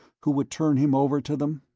who would turn him over to them?